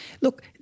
Look